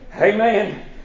Amen